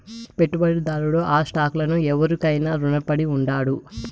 పెట్టుబడిదారుడు ఆ స్టాక్ లను ఎవురికైనా రునపడి ఉండాడు